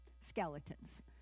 Skeletons